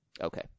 Okay